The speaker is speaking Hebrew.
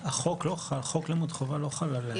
חוק חינוך חובה לא חל עליהם.